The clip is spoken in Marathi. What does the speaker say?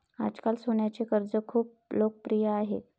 आजकाल सोन्याचे कर्ज खूप लोकप्रिय आहे